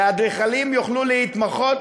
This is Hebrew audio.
והאדריכלים יוכלו להתמחות